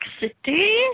City